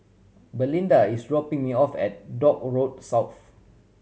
Belinda is dropping me off at Dock Road South